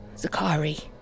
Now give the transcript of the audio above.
Zakari